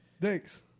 Thanks